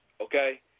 okay